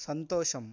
సంతోషం